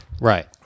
Right